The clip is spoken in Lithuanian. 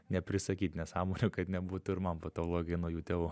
neprisakyt nesąmonių kad nebūtų ir man po to blogai nuo jų tėvų